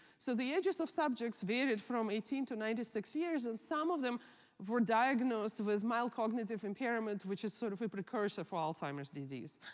so the ages of subjects varied from eighteen to ninety six years. and some of them were diagnosed with mild cognitive impairment, which is sort of a precursor for alzheimer's disease.